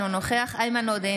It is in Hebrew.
אינו נוכח איימן עודה,